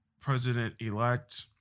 president-elect